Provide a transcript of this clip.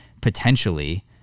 potentially